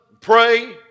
pray